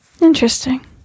Interesting